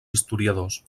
historiadors